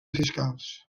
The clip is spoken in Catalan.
fiscals